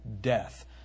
death